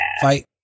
fight